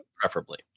preferably